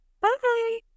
Bye